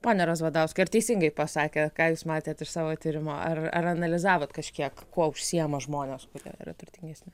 pone razvadauskai ar teisingai pasakė ką jūs matėt iš savo tyrimo ar ar analizavot kažkiek kuo užsiima žmonės kurie yra turtingesni